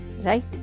right